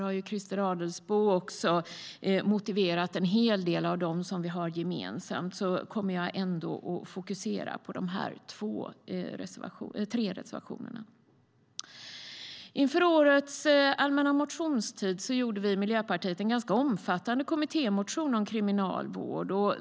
Christer Adelsbo har här motiverat en hel del av dem som vi har gemensamt. Jag kommer att här att fokusera på de tre reservationerna. Inför årets allmänna motionstid skrev vi i Miljöpartiet en ganska omfattande kommittémotion om kriminalvård.